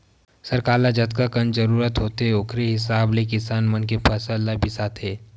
सरकार ल जतकाकन जरूरत होथे ओखरे हिसाब ले किसान मन के फसल ल बिसाथे